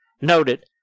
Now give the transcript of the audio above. noted